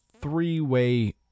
three-way